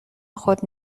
خود